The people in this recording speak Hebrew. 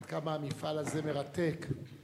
כמה המפעל הזה מרתק.